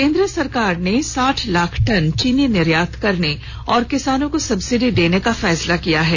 केन्द्र सरकार ने साठ लाख टन चीनी निर्यात करने और किसानों को सब्सिडी देने का फैसला किया है